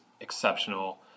exceptional